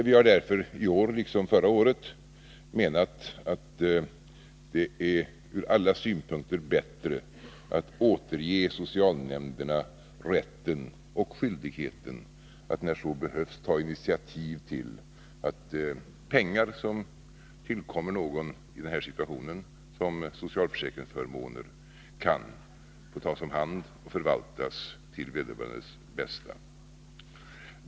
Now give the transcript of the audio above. Vi har därför i år, liksom förra året, menat att det ur alla synpunkter är bättre att återge socialnämnderna rätten och skyldigheten att när så behövs ta initiativ till att pengar som tillkommer någon i den här situationen, som socialförsäkringsförmåner, kan få tas om hand och förvaltas till vederbörandes bästa.